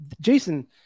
Jason